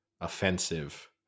offensive